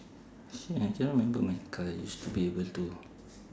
actually I cannot remember my card I used to be able to